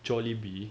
Jollibee